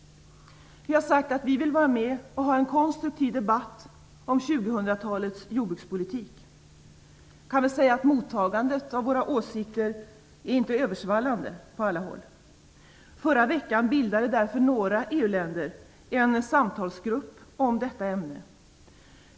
Vi har sagt att vi vill vara med och ha en konstruktiv debatt om 2000-talets jordbrukspolitik. Jag kan väl säga att mottagandet av våra åsikter inte är översvallande på alla håll. Förra veckan bildade därför några EU-länder en samtalsgrupp om detta ämne.